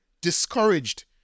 discouraged